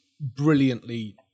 brilliantly